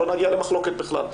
לא נגיע למחלוקת בכלל.